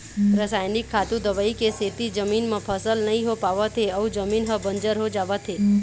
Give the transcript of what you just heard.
रसइनिक खातू, दवई के सेती जमीन म फसल नइ हो पावत हे अउ जमीन ह बंजर हो जावत हे